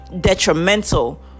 detrimental